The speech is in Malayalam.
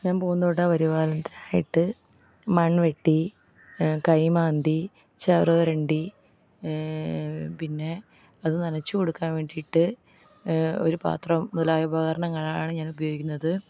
ഞാൻ പൂന്തോട്ട പരിപാലനത്തിനായിട്ട് മൺവെട്ടി കൈമാന്തി ചവറു വരണ്ടി പിന്നെ അത് നനച്ച് കൊടുക്കാൻ വേണ്ടീട്ട് ഒരു പാത്രം മുതലായ ഉപകാരണങ്ങളാണ് ഞാൻ ഉപയോഗിക്കുന്നത്